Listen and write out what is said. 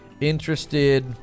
Interested